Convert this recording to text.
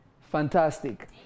fantastic